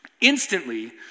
instantly